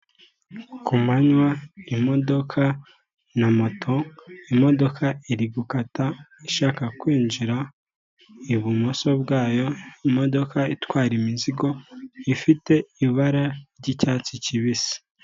Ku manywa imodoka na moto, imodoka iri gukata ishaka kwinjira ibumoso bwayo, imodoka itwara imizigo ifite ibara ry'icyatsi kibisi.